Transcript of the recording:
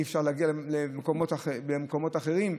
אי-אפשר להגיע למקומות אחרים.